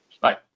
Bye